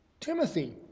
Timothy